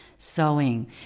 sewing